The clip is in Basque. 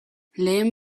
lehen